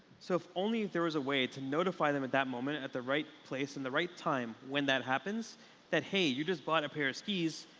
so if only there was a way to notify them at that moment at the right place and the right time when that happens that, hey, you just bought a pair of skis,